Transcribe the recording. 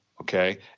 Okay